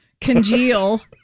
Congeal